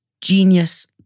genius